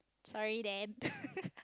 sorry then